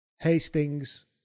Hastings